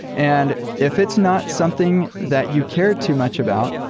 and if it's not something that you care too much about,